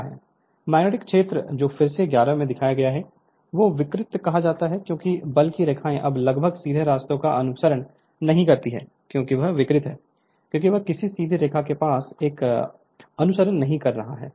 Refer Slide Time 3230 magnetic क्षेत्र जो कि फिगर 11 में है को विकृत कहा जाता है क्योंकि बल की रेखाएं अब लगभग सीधे रास्तों का अनुसरण नहीं करती हैं क्योंकि यह विकृत है क्योंकि यह किसी सीधी रेखा के पथ का अनुसरण नहीं कर रहा है